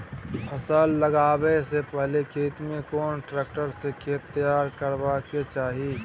फसल लगाबै स पहिले खेत में कोन ट्रैक्टर स खेत तैयार करबा के चाही?